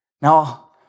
Now